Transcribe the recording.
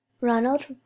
Ronald